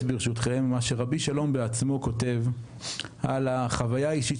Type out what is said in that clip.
ממה שרבי שלום בעצמו כתב על החוויה האישית